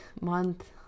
month